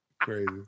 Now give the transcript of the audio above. Crazy